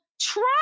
Try